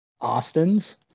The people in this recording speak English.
Austin's